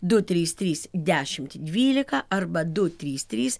du trys trys dešimt dvylika arba du trys trys